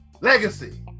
legacy